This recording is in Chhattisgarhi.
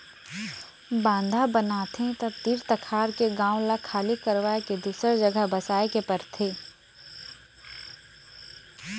बांधा बनाथे त तीर तखार के गांव ल खाली करवाये के दूसर जघा बसाए के परथे